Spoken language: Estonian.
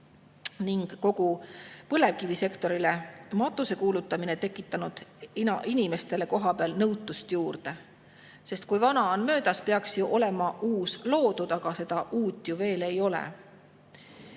ning kogu põlevkivisektorile matuse kuulutamine on tekitanud kohapeal inimestele nõutust juurde. Kui vana on möödas, peaks olema uus loodud, aga seda uut ju veel ei ole.